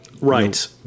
Right